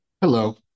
Hello